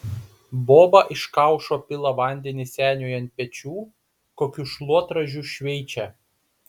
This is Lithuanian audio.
boba iš kaušo pila vandenį seniui ant pečių kokiu šluotražiu šveičia